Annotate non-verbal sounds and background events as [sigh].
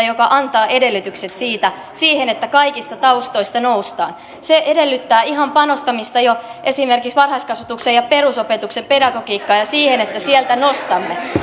[unintelligible] joka antaa edellytykset siihen että kaikista taustoista noustaan se edellyttää ihan panostamista jo esimerkiksi varhaiskasvatuksen ja perusopetuksen pedagogiikkaan ja siihen että sieltä nostamme